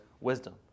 wisdom